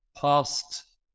past